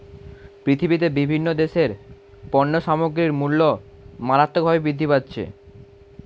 পৃথিবীতে বিভিন্ন দেশের পণ্য সামগ্রীর মূল্য মারাত্মকভাবে বৃদ্ধি পাচ্ছে